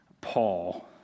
Paul